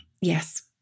Yes